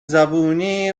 زبونی